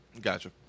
Gotcha